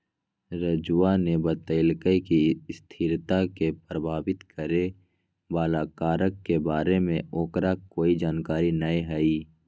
राजूवा ने बतल कई कि स्थिरता के प्रभावित करे वाला कारक के बारे में ओकरा कोई जानकारी ना हई